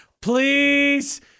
Please